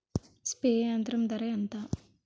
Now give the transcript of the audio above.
Spray యంత్రం ధర ఏంతా?